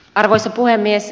arvoisa puhemies